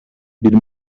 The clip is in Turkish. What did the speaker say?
bir